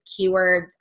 keywords